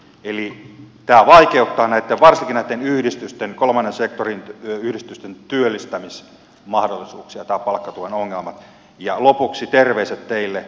eli nämä palkkatuen ongelmat vaikeuttavat varsinkin näitten yhdistysten kolmannen sektorin yhdistysten työllistämismahdollisuuksia ja lopuksi terveiset teille